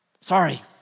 Sorry